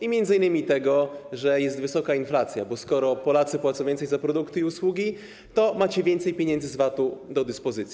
i m.in. tego, że jest wysoka inflacja, bo skoro Polacy płacą więcej za produkty i usługi, to macie więcej pieniędzy z VAT-u do dyspozycji.